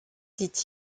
dit